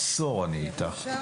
ננעלה בשעה